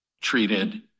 treated